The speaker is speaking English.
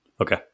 Okay